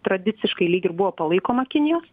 tradiciškai lyg ir buvo palaikoma kinijos